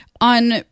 On